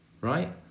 Right